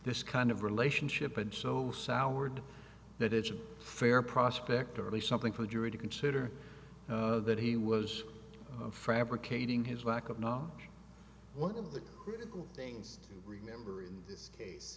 this kind of relationship and so soured that it's a fair prospect really something for the jury to consider that he was a frappe or kading his lack of knowledge one of the critical things to remember in this case